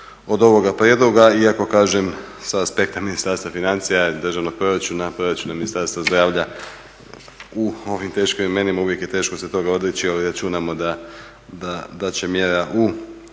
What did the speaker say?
od ovoga prijedloga iako kažem sa aspekta Ministarstva financija i državnog proračuna, proračuna Ministarstva zdravlja u ovim teškim vremenima uvijek je teško se toga odreći, ali računamo da će mjera u